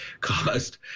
caused